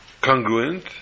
congruent